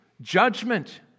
judgment